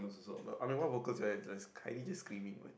but I'm the one vocals right it's like just kindly just screaming